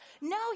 no